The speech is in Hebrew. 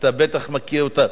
אתה בטח מכיר אותם